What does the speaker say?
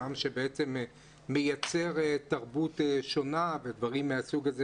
עם שבאמת מייצר תרבות שונה ודברים מהסוג הזה,